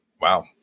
wow